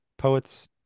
poet's